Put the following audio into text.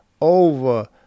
over